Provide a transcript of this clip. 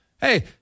Hey